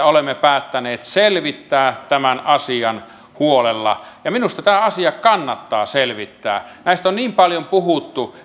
olemme päättäneet selvittää tämän asian huolella minusta tämä asia kannattaa selvittää näistä on niin paljon puhuttu